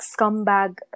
scumbag